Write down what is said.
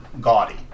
gaudy